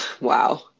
Wow